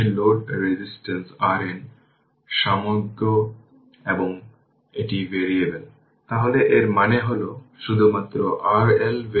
তাই এটার 12 e t power 2 t ampere এটা দেওয়া হয়েছে t 0